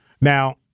Now